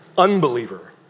unbeliever